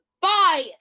Bye